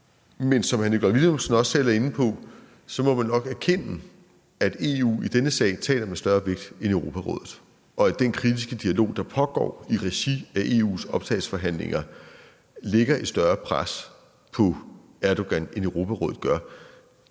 Men som hr. Nikolaj Villumsen også selv er inde på, må man nok erkende, at EU i denne sag taler med større vægt end Europarådet, og at den kritiske dialog, der pågår i regi af EU's optagelsesforhandlinger, lægger et større pres på Erdogan, end Europarådet gør.